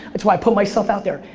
it's why i put myself out there.